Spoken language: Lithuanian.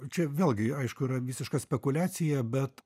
čia vėlgi aišku yra visiška spekuliacija bet